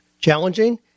Challenging